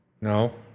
No